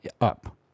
up